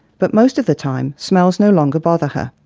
but most of the time smells no longer bother her.